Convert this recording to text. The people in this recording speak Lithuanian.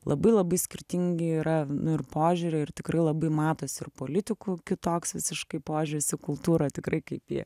labai labai skirtingi yra nu ir požiūrio ir tikrai labai matosi ir politikų kitoks visiškai požiūris į kultūrą tikrai kaip jie